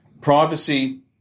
Privacy